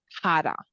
harder